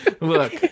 Look